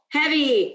heavy